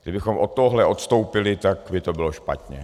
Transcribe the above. Kdybychom od tohoto odstoupili, tak by to bylo špatně.